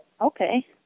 Okay